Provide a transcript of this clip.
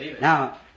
Now